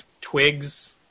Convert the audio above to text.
twigs